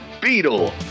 Beetle